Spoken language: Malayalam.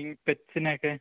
ഈ പെറ്റ്സിനെയൊക്കെ